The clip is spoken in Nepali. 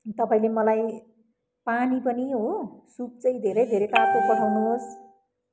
तपाईँले मलाई पानी पनि हो सुप चाहिँ धेरै धेरै तातो पठाउनुहोस्